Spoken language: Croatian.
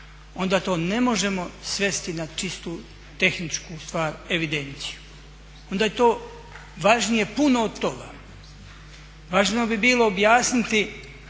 onda to ne možemo svesti na čistu tehničku stvar, evidenciju. Onda je to važnije puno od toga. Važno bi bilo objasniti,